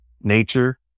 nature